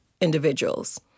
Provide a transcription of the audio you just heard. individuals